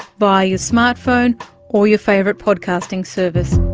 via your smart phone or your favourite podcasting service.